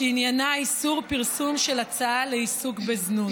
שעניינה איסור פרסום של הצעה לעיסוק בזנות,